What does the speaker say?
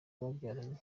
babyaranye